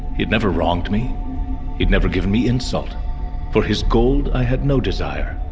he'd never wronged me he'd never given me insult for his gold i had no desire.